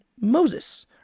Moses